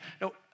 No